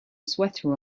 sweater